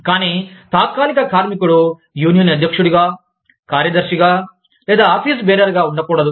కానీ తాత్కాలిక కార్మికుడు యూనియన్ అధ్యక్షుడిగా కార్యదర్శిగా లేదా ఆఫీసు బేరర్గా ఉండకూడదు